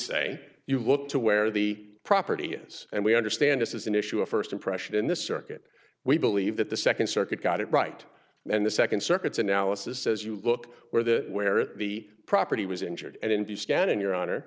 say you look to where the property is and we understand this is an issue of first impression in this circuit we believe that the second circuit got it right and the second circuit's analysis says you look where the where at the property was injured and in the scan in your honor